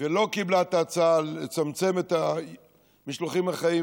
ולא קיבלה את ההצעה לצמצם את המשלוחים החיים,